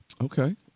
Okay